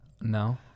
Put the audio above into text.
No